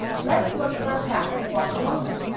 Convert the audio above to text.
let's look for a path and walk along it,